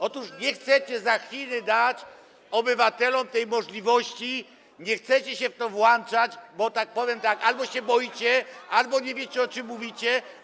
Otóż nie chcecie za Chiny dać obywatelom tej możliwości, nie chcecie się w to włączać, bo albo się boicie, albo nie wiecie, o czym mówicie.